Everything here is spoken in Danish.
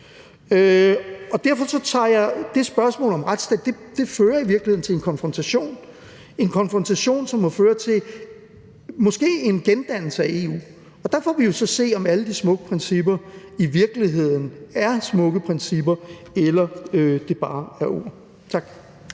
os. Derfor fører det spørgsmål om retsstaten i virkeligheden til en konfrontation; en konfrontation, som måske må føre til en gendannelse af EU. Og der får vi jo så at se, om alle de smukke principper i virkeligheden er smukke principper, eller om det bare er ord. Tak.